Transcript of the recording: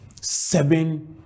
seven